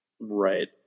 Right